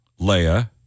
Leia